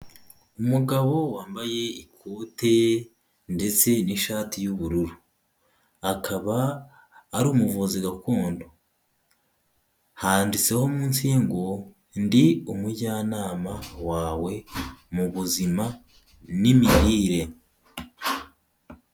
Umugabo wambaye ikote ndetse n'ishati y'ubururu, akaba ari umuvuzi gakondo, handitseho munsi ye ngo ''ndi umujyanama wawe mu buzima n'imirire''.